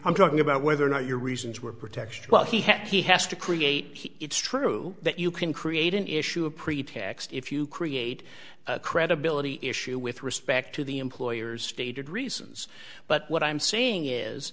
i'm talking about whether or not your reasons were pretext well he had he has to create it's true that you can create an issue a pretext if you create a credibility issue with respect to the employer's stated reasons but what i'm saying is